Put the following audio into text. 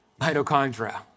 mitochondria